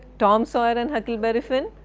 tom sawyer and huckleberry finn,